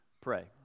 pray